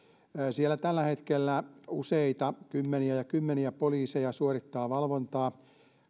siellä tällä hetkellä useita kymmeniä ja kymmeniä poliiseja suorittaa valvontaa